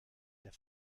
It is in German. der